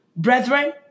Brethren